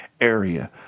area